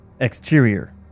Exterior